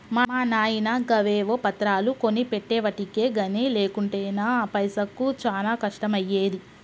మా నాయిన గవేవో పత్రాలు కొనిపెట్టెవటికె గని లేకుంటెనా పైసకు చానా కష్టమయ్యేది